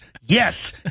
yes